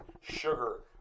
sugar